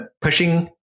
pushing